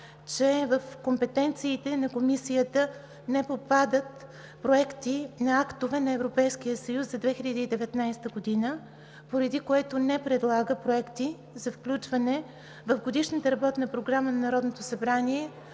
че в компетенциите на Комисията не попадат проекти на актове на Европейския съюз за 2019 г., поради което не предлага проекти за включване в Годишната работна програма на Народното събрание